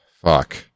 Fuck